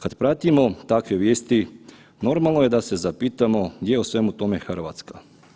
Kad pratimo takve vijesti normalno da se zapitamo gdje je u svemu tome Hrvatska?